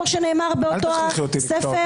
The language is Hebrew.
כמו שנאמר באותו ספר?